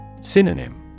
Synonym